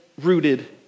rooted